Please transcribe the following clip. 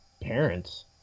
parents